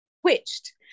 switched